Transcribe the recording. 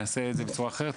נעשה את זה בצורה אחרת,